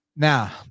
Now